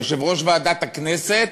יושב-ראש ועדת הכנסת